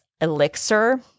elixir